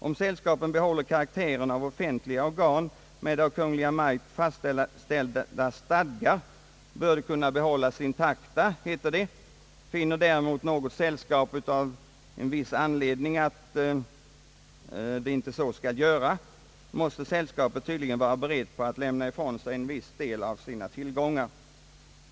Om sällskapen behåller karaktären av offentliga organ med av Kungl. Maj:t fastställda stadgar bör sällskapens tillgångar kunna behållas intakta. Finner däremot något sällskap anledning att så inte göra måste sällskapet tydligen vara berett att lämna ifrån sig en viss del av sina tillgångar.